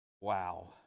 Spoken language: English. wow